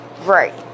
Right